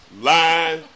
line